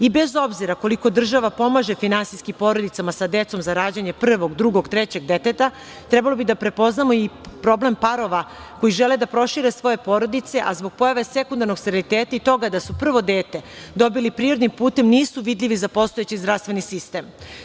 I bez obzira koliko država pomaže finansijski porodicama sa decom za rađanje prvog, drugog, trećeg deteta, trebalo bi da prepoznamo i problem parova koji žele da prošire svoje porodice, a zbog pojave sekundarnog steriliteta i toga da su prvo dete dobili prirodnim putem nisu vidljivi za postojeći zdravstveni sistem.